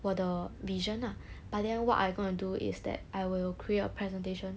我的 vision ah but then what I gonna do is that I will create a presentation